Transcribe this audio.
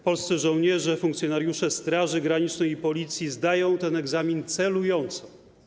Polscy żołnierze, funkcjonariusze Straży Granicznej i Policji zdają ten egzamin celująco.